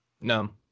No